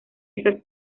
esas